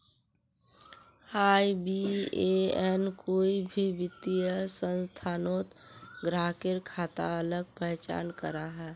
IBAN कोई भी वित्तिय संस्थानोत ग्राह्केर खाताक अलग पहचान कराहा